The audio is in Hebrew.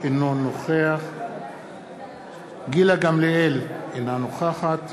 אינו נוכח גילה גמליאל, אינה נוכחת